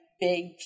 big